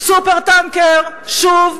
את ה"סופר-טנקר", שוב?